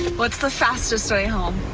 what's the fastest way home.